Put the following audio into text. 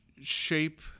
shape